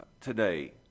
today